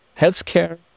healthcare